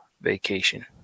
vacation